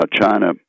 China